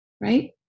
Right